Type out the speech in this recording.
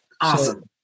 Awesome